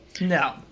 no